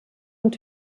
und